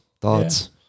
thoughts